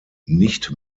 nicht